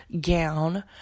gown